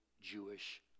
Jewish